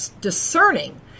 discerning